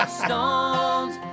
stones